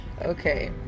Okay